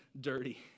dirty